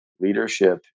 leadership